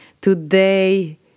Today